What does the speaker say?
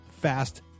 fast